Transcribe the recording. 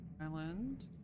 Island